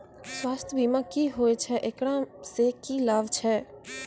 स्वास्थ्य बीमा की होय छै, एकरा से की लाभ छै?